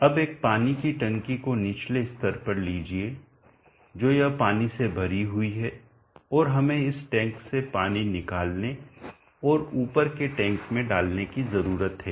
अब एक पानी की टंकी को निचले स्तर पर लीजिए तो यह पानी से भरी हुई है और हमें इस टैंक से पानी निकालने और ऊपर के टैंक में डालने की जरूरत है